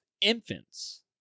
infants